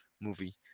movie